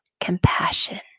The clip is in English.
compassion